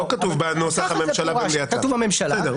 לא כתוב בנוסח "הממשלה במליאתה".